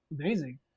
amazing